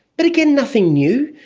but again, nothing new.